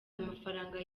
amafaranga